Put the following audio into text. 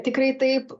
tikrai taip